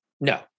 No